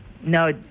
No